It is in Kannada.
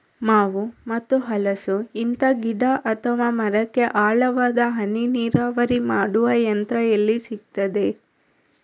ಮಾವು ಮತ್ತು ಹಲಸು, ಇಂತ ಗಿಡ ಅಥವಾ ಮರಕ್ಕೆ ಆಳವಾದ ಹನಿ ನೀರಾವರಿ ಮಾಡುವ ಯಂತ್ರ ಎಲ್ಲಿ ಸಿಕ್ತದೆ?